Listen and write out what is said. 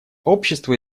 общество